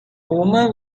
woman